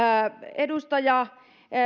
edustaja